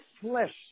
flesh